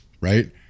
Right